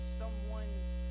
someone's